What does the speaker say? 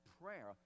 prayer